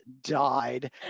died